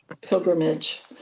Pilgrimage